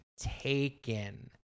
taken